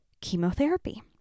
chemotherapy